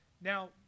Now